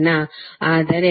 ಆದರೆ ix V1 V22